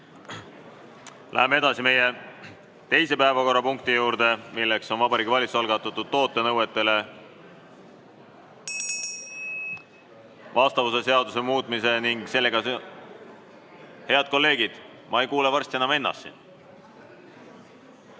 Läheme edasi teise päevakorrapunkti juurde. Vabariigi Valitsuse algatatud toote nõuetele vastavuse seaduse muutmise ning sellega ... Head kolleegid, ma ei kuule varsti enam ennastki!